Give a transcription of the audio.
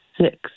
Six